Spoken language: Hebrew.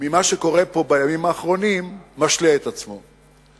ממה שקורה פה בימים האחרונים, משלה את עצמו.